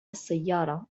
السيارة